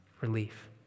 Relief